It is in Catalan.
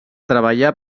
treballà